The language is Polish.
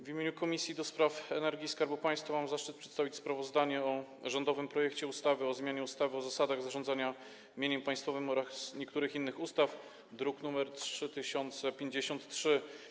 W imieniu Komisji do Spraw Energii i Skarbu Państwa mam zaszczyt przedstawić sprawozdanie o rządowym projekcie ustawy o zmianie ustawy o zasadach zarządzania mieniem państwowym oraz niektórych innych ustaw, druk nr 3053.